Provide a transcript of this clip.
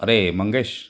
अरे मंगेश